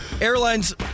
airlines